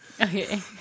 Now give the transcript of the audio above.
Okay